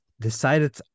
decided